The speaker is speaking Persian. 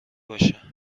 باشه